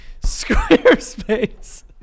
Squarespace